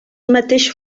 mateix